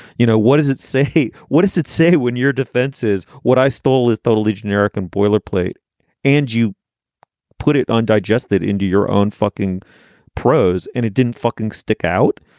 you know, what does it say? what does it say when your defense is? what i stole is totally generic and boilerplate and you put it on digested into your own fucking prose and it didn't fucking stick out.